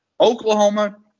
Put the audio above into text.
Oklahoma